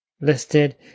listed